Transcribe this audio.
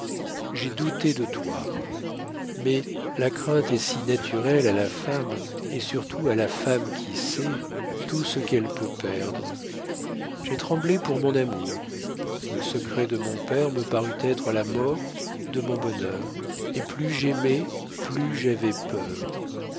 j'ai douté de toi mais la crainte est si naturelle à la femme et surtout à la femme qui sait tout ce qu'elle peut perdre j'ai tremblé pour mon amour le secret de mon père me parut être la mort de mon bonheur et plus j'aimais plus j'avais